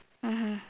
mmhmm